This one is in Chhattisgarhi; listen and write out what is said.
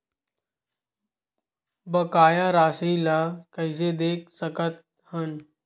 बकाया राशि ला कइसे देख सकत हान?